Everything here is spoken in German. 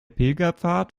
pilgerpfad